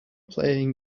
playing